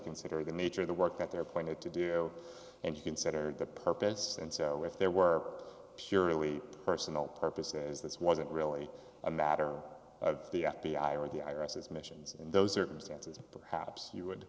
consider the nature of the work that they're appointed to do and you consider the purpose and so if there were purely personal purposes this wasn't really a matter of the f b i or the i r s it's missions in those circumstances perhaps you would